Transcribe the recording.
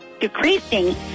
decreasing